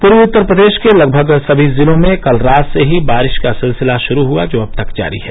पूर्वी उत्तर प्रदेश के लगभग सभी जिलों में कल रात से ही बारिश का सिलसिला शुरू हुआ जो अब तक जारी है